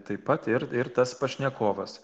taip pat ir ir tas pašnekovas